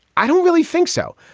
i don't really think so.